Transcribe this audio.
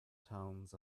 towns